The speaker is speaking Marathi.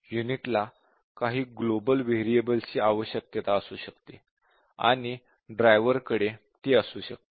युनिटला काही ग्लोबल व्हेरिएबल्स ची आवश्यकता असू शकते आणि ड्रायव्हरकडे ते असू शकते